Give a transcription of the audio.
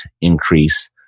increase